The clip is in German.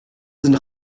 sind